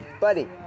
Buddy